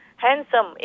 Handsome